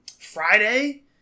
Friday